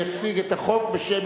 אייכלר יציג בשמך.